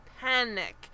panic